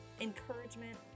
encouragement